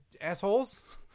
Assholes